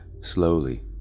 slowly